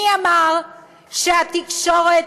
שהתקשורת